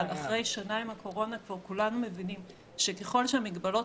אבל אחרי שנה עם הקורונה פה כולנו מבינים שככל שהמגבלות